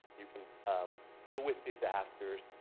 you can deal with disasters.